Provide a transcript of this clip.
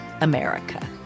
America